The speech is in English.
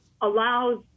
allows